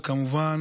וכמובן